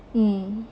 mm